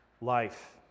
life